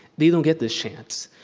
they don't get this chance.